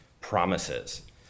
promises